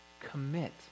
commit